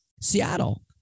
Seattle